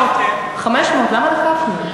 500. 500. למה לקחנו?